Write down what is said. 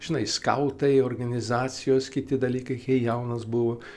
žinai skautai organizacijos kiti dalykai kai jaunas buvau